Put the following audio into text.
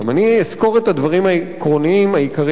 אני אסקור את הדברים העקרוניים העיקריים